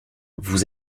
vous